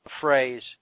phrase